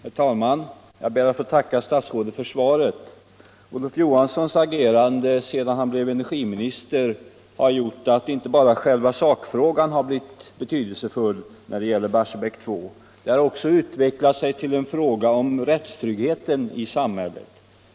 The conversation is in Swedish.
Herr talman! Jag ber att få tacka statsrådet för svaret. Olof Johanssons agerande sedan han blev energiminister har gjort att inte bara själva sakfrågan har blivit betydelsefull när det gäller Barsebäck 2. Det har också utvecklat sig till en fråga om rättstryggheten i samhället.